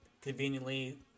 conveniently